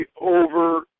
over